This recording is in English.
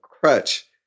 crutch